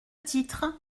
titre